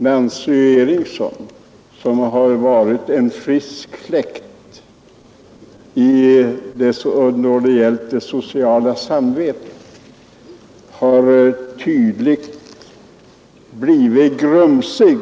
Nancy Eriksson som har varit en frisk fläkt då det gällt det sociala samvetet tänker tydligen själv grumsigt